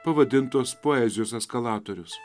pavadintos poezijos eskalatorius